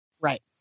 right